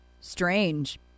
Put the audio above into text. Strange